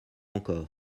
encore